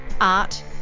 art